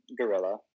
gorilla